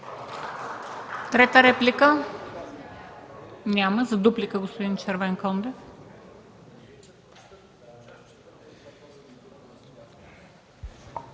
Трета реплика? Няма. За дуплика – господин Червенкондев.